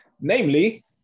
namely